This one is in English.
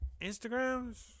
Instagrams